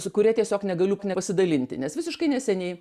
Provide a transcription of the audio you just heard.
su kuria tiesiog negaliu nepasidalinti nes visiškai neseniai